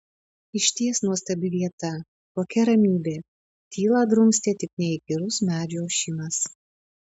išties nuostabi vieta kokia ramybė tylą drumstė tik neįkyrus medžių ošimas